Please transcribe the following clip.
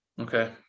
Okay